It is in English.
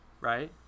Right